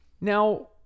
Now